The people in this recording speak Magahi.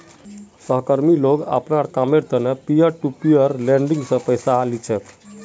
सहकर्मी लोग अपनार कामेर त न पीयर टू पीयर लेंडिंग स पैसा ली छेक